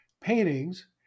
paintings